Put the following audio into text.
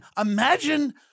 imagine